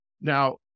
Now